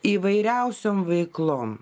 įvairiausiom veiklom